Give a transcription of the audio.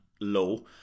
low